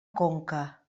conca